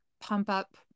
pump-up